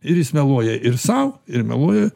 ir jis meluoja ir sau ir meluoja